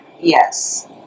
Yes